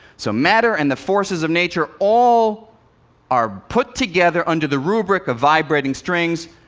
so matter and the forces of nature all are put together under the rubric of vibrating strings.